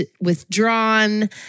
withdrawn